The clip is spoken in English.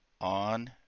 on